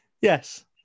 Yes